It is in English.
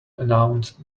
announced